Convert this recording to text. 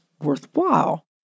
worthwhile